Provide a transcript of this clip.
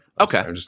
Okay